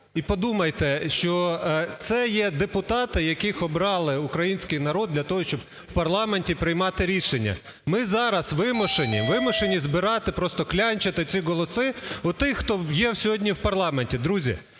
і подумайте, що це є депутати, яких обрав український народ для того, щоб в парламенті приймати рішення. Ми зараз вимушені збирати, просто клянчити ці голоси у тих, хто є сьогодні в парламенті. Друзі,